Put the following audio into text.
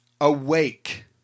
awake